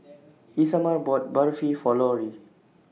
Isamar bought Barfi For Lorie